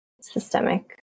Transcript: systemic